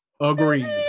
Agreed